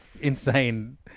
insane